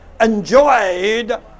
enjoyed